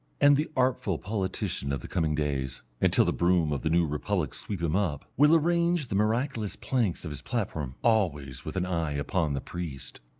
and the artful politician of the coming days, until the broom of the new republic sweep him up, will arrange the miraculous planks of his platform always with an eye upon the priest.